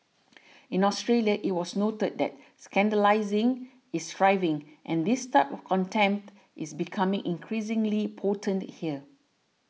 in Australia it was noted that scandalising is thriving and this type of contempt is becoming increasingly potent there